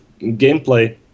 gameplay